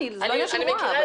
זה לא עניין של רואה.